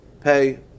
pay